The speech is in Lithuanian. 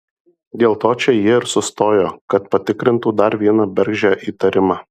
dėl to čia jie ir sustojo kad patikrintų dar vieną bergždžią įtarimą